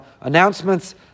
announcements